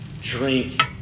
Drink